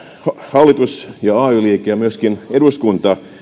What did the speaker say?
hallitus ja ay liike ja myöskin eduskunta